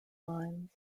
mines